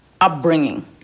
upbringing